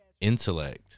intellect